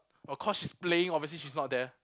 of course she's playing obviously she's not there